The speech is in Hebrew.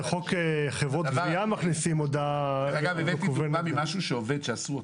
נכניס את